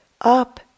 up